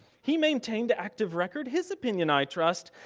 he maintained active record, his opinion i trust.